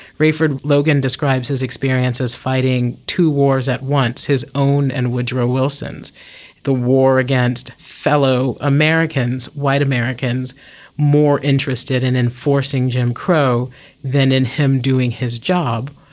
rayford logan describes his experience as fighting two wars at once, his own and woodrow wilson's the war against fellow americans, white americans more interested in enforcing jim crow than in him doing his job,